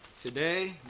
Today